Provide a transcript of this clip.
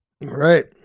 Right